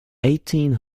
eighteen